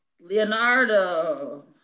Leonardo